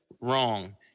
Wrong